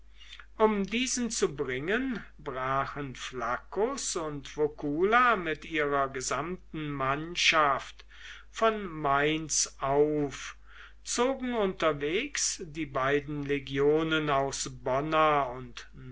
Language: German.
um diesen zu bringen brachen flaccus und vocula mit ihrer gesamten mannschaft von mainz auf zogen unterwegs die beiden legionen aus bonna und